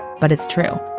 but it's true